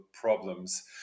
problems